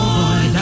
boy